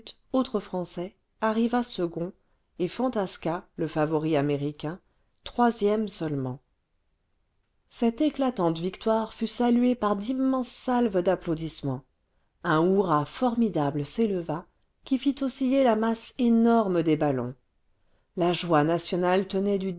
autre français arriva second et fantasca le favori américain troisième seulement cette éclatante victoire fut saluée par d'immenses salves d'applau dissements un hourra formidable s'éleva qui fit osciller la masse énorme des ballons la joie nationale tenait du